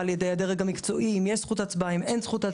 על-ידי הדרג המקצועי לגבי האם יש זכות הצבעה או לא.